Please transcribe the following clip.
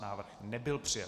Návrh nebyl přijat.